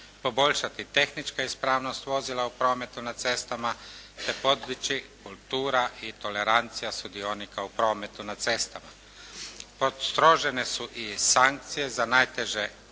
poboljšati tehnička ispravnost vozila u prometu na cestama, te podići kultura i tolerancija sudionika u prometu na cestama. Postrožene su i sankcije za najteže